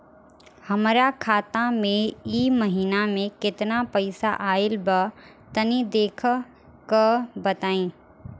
हमरा खाता मे इ महीना मे केतना पईसा आइल ब तनि देखऽ क बताईं?